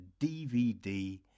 DVD